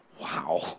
wow